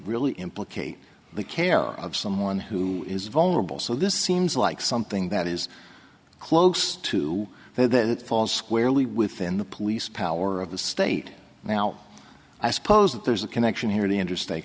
really implicate the care of someone who is vulnerable so this seems like something that is close to there that it falls squarely within the police power of the state now i suppose that there's a connection here the interstate